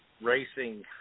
racing